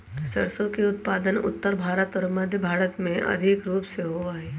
सरसों के उत्पादन उत्तर भारत और मध्य भारत में अधिक रूप से होबा हई